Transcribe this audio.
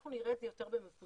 אנחנו נראה את זה יותר במפוזר.